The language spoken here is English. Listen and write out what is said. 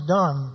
done